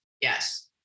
Yes